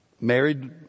Married